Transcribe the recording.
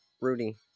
Rudy